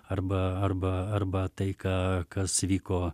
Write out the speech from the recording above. arba arba arba tai ką kas vyko